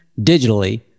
digitally